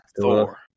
Thor